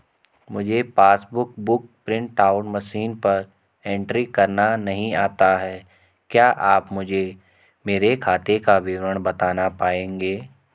मुझे passbook book print out machine पर entry करना नहीं आता है क्या आप मुझे मेरे खाते का विवरण बताना पाएंगे?